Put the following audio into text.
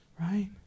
Right